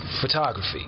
photography